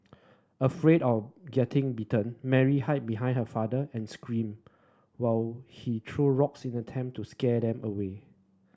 afraid of getting bitten Mary hid behind her father and screamed while he threw rocks in an attempt to scare them away